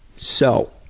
so,